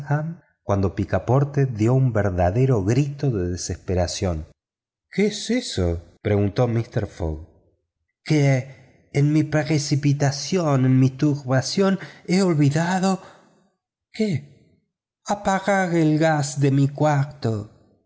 cuando picaporte dio un verdadero grito de desesperación qué es eso preguntó mister fogg que en mi precipitación en mi turbación he olvidado qué apagar el gas de mi cuarto